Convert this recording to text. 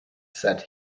said